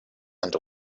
and